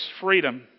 freedom